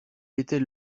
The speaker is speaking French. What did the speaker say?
était